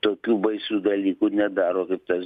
tokių baisių dalykų nedaro kaip tas